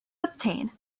obtain